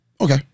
Okay